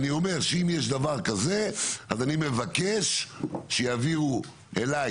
שאם יש דבר כזה אז אני מבקש שיעבירו אליי